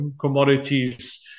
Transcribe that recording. commodities